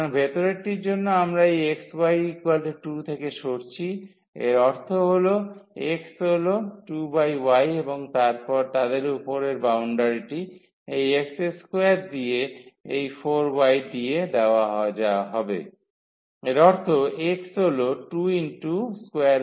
সুতরাং ভেতরেরটির জন্য আমরা এই xy 2 থেকে সরছি এর অর্থ হল x হল 2y এবং তাদের উপরের বাউন্ডারিটি এই x2 দিয়ে এই 4y দিয়ে দেওয়া হবে এর অর্থ x হল 2y